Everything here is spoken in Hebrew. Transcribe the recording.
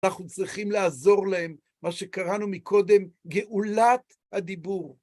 אנחנו צריכים לעזור להם מה שקראנו מקודם, גאולת הדיבור.